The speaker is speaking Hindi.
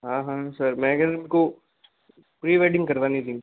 हाँ हाँ सर मैं हमको प्री वेडिंग करवानी थी